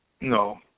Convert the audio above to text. No